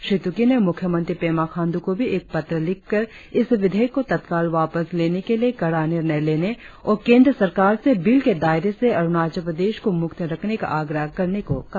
श्री तुकी ने मुख्यमंत्री पेमा खाण्ड्र को भी एक पत्र लिखकर इस विधेयक को तत्काल वापस लेने के लिए कड़ा निर्णय लेने और केंद्र सरकार से बिल के दायरे से अरुणाचल प्रदेश को मुक्त रखने का आग्रह करने को कहा